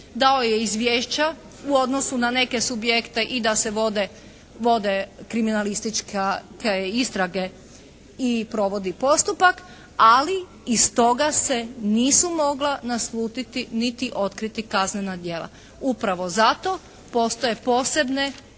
dao je izvješća u odnosu na neke subjekte i da se vode kriminalističke istrage i provodi postupak, ali iz toga se nisu mogla naslutiti niti otkriti kaznena djela. Upravo zato postoje posebne